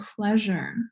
pleasure